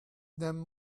them